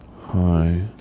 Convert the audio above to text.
hi